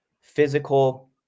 physical